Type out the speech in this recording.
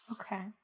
okay